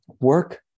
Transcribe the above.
work